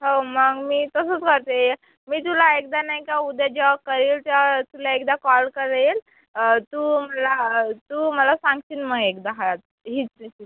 हो मंग मी तसच करते मी तुला एकदा नाही का उद्या जेव्हा करेल तेव्हा तुला एकदा कॉल करेल तू मला सांगशील मग एकदा ह्यात हिच रेसिपी